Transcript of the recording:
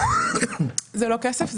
זה לא כסף.